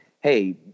Hey